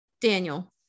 Daniel